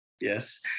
Yes